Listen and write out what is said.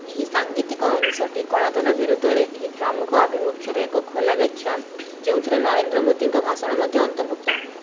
ଏହି ସାଂଗୀତିକ ଅଂଶଟି କଳାଧନ ବିରୁଦ୍ଧରେ ଏହି ପ୍ରମୁଖ ଆଭିମୁଖ୍ୟର ଏକ ଖୋଲା ବ୍ୟାଖ୍ୟା ଯେଉଁଥିରେ ନରେନ୍ଦ୍ର ମୋଦୀଙ୍କ ଭାଷଣ ମଧ୍ୟ ଅନ୍ତର୍ଭୁକ୍ତ